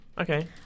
Okay